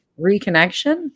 reconnection